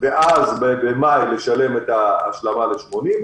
ואז במאי לשלם את ההשלמה ל-80%.